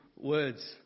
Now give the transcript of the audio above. words